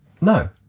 No